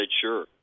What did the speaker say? Sure